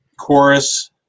chorus